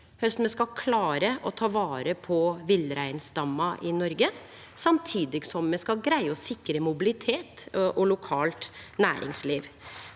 me skal klare å ta vare på villreinstamma i Noreg, samtidig som me skal greie å sikre mobilitet og lokalt næringsliv.